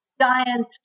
giant